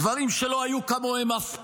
דברים שלא היו כמותם אף פעם.